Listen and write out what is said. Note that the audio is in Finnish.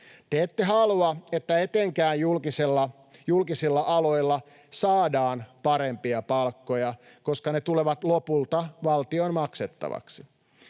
Te ette halua, että etenkään julkisilla aloilla saadaan parempia palkkoja, koska ne tulevat lopulta valtion maksettavaksi.